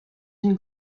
une